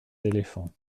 éléphants